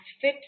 fit